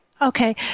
Okay